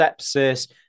sepsis